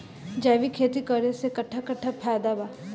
जैविक खेती करे से कट्ठा कट्ठा फायदा बा?